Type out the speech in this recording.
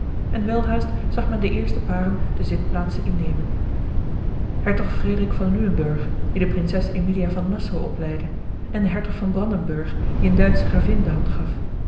en welhaast zag men de eerste paren de zitplaatsen innemen hertog frederik van lunenburg die de prinses emilia van nassau opleidde en de hertog van brandenburg die eene duitsche gravin de hand gaf